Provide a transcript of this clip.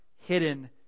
hidden